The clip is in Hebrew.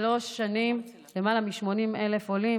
שלוש שנים, למעלה מ-80,000 עולים.